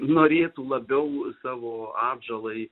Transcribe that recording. norės labiau savo atžalai